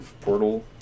portal